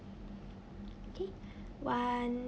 okay one